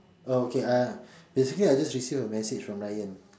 oh okay I basically I just received a message from Ryan